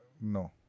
No